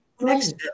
Next